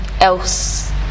else